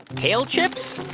kale chips,